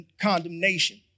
condemnation